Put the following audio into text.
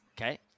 Okay